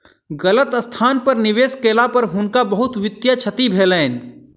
गलत स्थान पर निवेश केला पर हुनका बहुत वित्तीय क्षति भेलैन